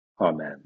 Amen